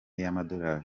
y’amadolari